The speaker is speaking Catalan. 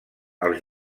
als